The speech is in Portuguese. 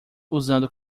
usando